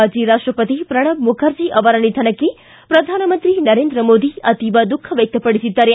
ಮಾಜಿ ರಾಷ್ಟಪತಿ ಪ್ರಣಬ್ ಮುಖರ್ಜಿ ಅವರ ನಿಧನಕ್ಕೆ ಪ್ರಧಾನಮಂತ್ರಿ ನರೇಂದ್ರ ಮೋದಿ ಅತೀವ ದುಃಖ ವ್ವಕ್ತಪಡಿಸಿದ್ದಾರೆ